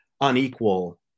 unequal